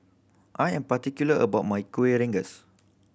I am particular about my Kuih Rengas